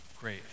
great